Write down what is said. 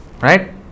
right